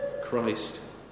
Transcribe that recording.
Christ